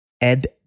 Ed